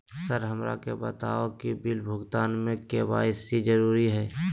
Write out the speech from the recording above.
Sir हमरा के बताओ कि बिल भुगतान में के.वाई.सी जरूरी हाई?